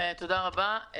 תודה רבה.